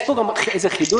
יש פה גם איזשהו חידוד.